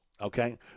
okay